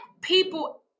people